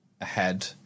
ahead